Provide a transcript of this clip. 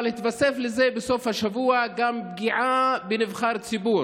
אבל התווסף לזה בסוף השבוע גם פגיעה בנבחר ציבור.